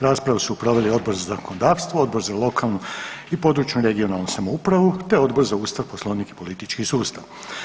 Raspravu su proveli Odbor za zakonodavstvo, Odbor za lokalnu i područnu (regionalnu) samoupravu te Odbor za Ustav, Poslovnik i politički sustav.